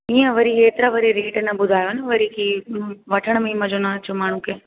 इअं वरी हेतिरा वरी रेट न ॿुधायो न वरी कि वठण में ई मज़ो न अचे माण्हूअ खे